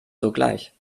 sogleich